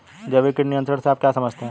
जैविक कीट नियंत्रण से आप क्या समझते हैं?